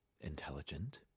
Intelligent